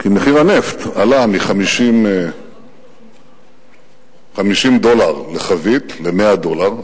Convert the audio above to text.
כי מחיר הנפט עלה מ-50 דולר לחבית ל-100 דולר.